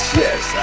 yes